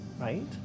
right